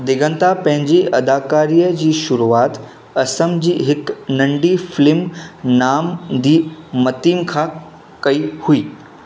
दिगंता पंहिंजी अदाकारीअ जी शुरूआत असम जी हिकु नंढी फ़िलिम नाम दी मतीम खां कई हुई